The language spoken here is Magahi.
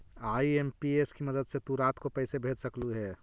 आई.एम.पी.एस की मदद से तु रात को पैसे भेज सकलू हे